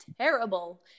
terrible